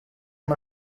amb